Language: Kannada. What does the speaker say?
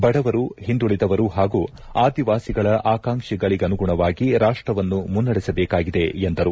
ಬಡವರು ಹಿಂದುಳಿದವರು ಹಾಗೂ ಅದಿವಾಸಿಗಳ ಆಕಾಂಕ್ಷೆಗನುಗುಣವಾಗಿ ರಾಷ್ಷವನ್ನು ಮುನ್ನಡೆಸಬೇಕಾಗಿದೆ ಎಂದರು